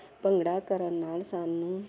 ਭੰਗੜਾ ਕਰਨ ਨਾਲ ਸਾਨੂੰ